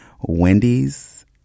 Wendy's